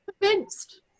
convinced